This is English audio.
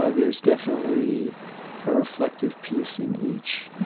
ah there's definitely a reflective piece in each,